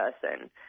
person